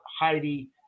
Heidi